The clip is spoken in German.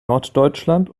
norddeutschland